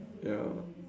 ya